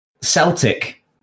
Celtic